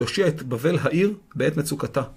יושיע את בבל העיר בעת מצוקתה.